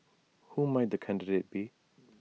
who might the candidate be